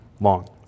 Long